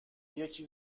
یکی